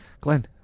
glenn